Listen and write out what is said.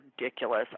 ridiculous